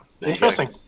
Interesting